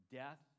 death